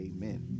Amen